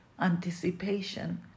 anticipation